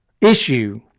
issue